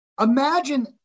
imagine